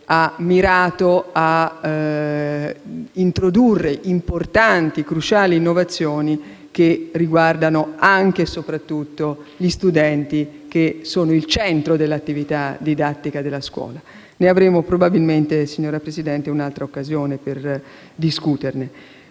ha mirato a introdurre importanti e cruciali innovazioni, che riguardano anche e soprattutto gli studenti, che sono il centro dell'attività didattica della scuola. Probabilmente, signora Presidente, avremo un'altra occasione per discuterne.